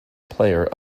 player